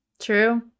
True